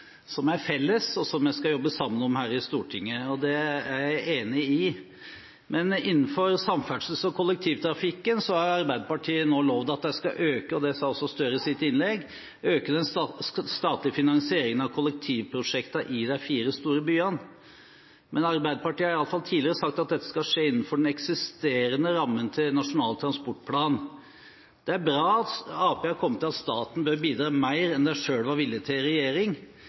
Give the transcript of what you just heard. som er felles, og som vi skal jobbe sammen om her i Stortinget. Det er jeg enig i. Innenfor samferdsels- og kollektivtrafikken har Arbeiderpartiet nå lovt at de skal øke – og det sa også Gahr Støre i sitt innlegg – den statlige finansieringen av kollektivprosjektene i de fire store byene. Men Arbeiderpartiet har i alle fall tidligere sagt at dette skal skje innenfor den eksisterende rammen av Nasjonal transportplan. Det er bra at Arbeiderpartiet har kommet til at staten bør bidra mer enn de selv var villig til å gå inn for i regjering.